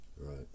right